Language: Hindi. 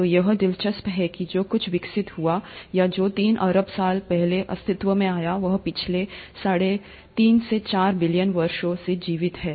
तो यह दिलचस्प है कि जो कुछ विकसित हुआ या जो तीन अरब साल पहले अस्तित्व में आया वह पिछले 35 से 4 बिलियन वर्षों से जीवित है